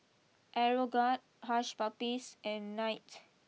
Aeroguard Hush Puppies and Knight